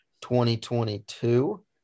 2022